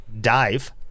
dive